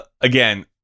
again